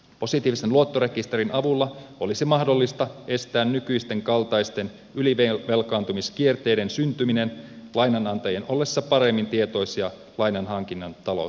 positiivisen luottorekisterin avulla olisi mahdollista estää nykyisten kaltaisten ylivelkaantumiskierteiden syntyminen lainanantajien ollessa paremmin tietoisia lainan hankkijan taloushistoriasta